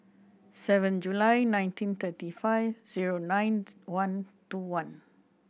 seven July nineteen thirty five zero nine one two one